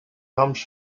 comes